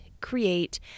create